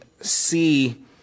see